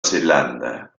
zelanda